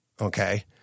Okay